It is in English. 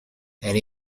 and